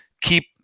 keep